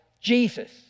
Jesus